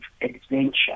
adventure